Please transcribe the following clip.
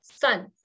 Sun